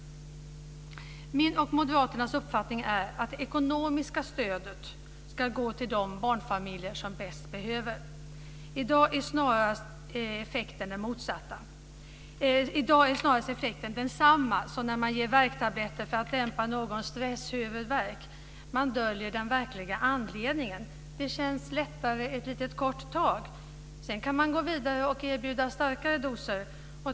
Min och Moderaternas uppfattning är att det ekonomiska stödet ska gå till de barnfamiljer som bäst behöver det. I dag är effekten snarast densamma som när man ger värktabletter för att dämpa någons stresshuvudvärk. Man döljer den verkliga anledningen - det känns lättare ett kort tag. Sedan kan man gå vidare och erbjuda starkare doser.